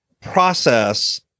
process